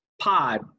pod